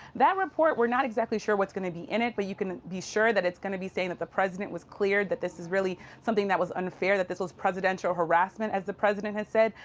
that report, we're not exactly sure what's going to be in it. but you can be sure that it's going to be saying that the president was cleared, that this is really something that was unfair, that this was presidential harassment, as the president has said.